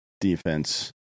defense